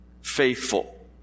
faithful